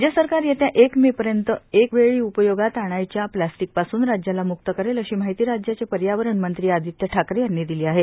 राज्य सरकार येत्या एक मे पर्यंत एकवेळी उपयोगात आणायच्या प्लॅस्टीकपासून राज्याला म्क्त करेल अशी माहिती राज्याचे पर्यावरण मंत्री आदित्य ठाकरे यांनी दिली आहे